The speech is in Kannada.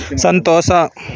ಸಂತೋಷ